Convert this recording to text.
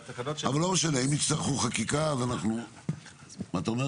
אבל לא משנה, אם יצטרכו חקיקה אז אנחנו נטפל בזה.